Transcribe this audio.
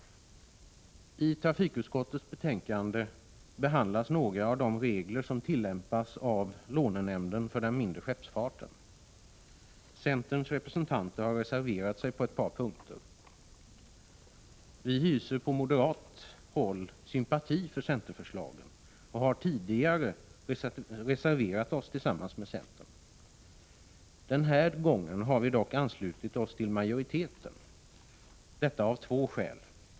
I trafikutskottets betänkande behandlas några av de regler som tillämpas av lånenämnden för den mindre skeppsfarten. Centerns representanter har reserverat sig på ett par punkter. Vi hyser på moderat håll sympati för centerförslagen och har tidigare reserverat oss tillsammans med centern. Denna gång har vi dock anslutit oss till majoriteten, detta av två skäl.